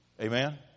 Amen